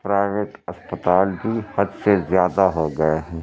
private اسپتال بھی حد سے زیادہ ہو گئے ہیں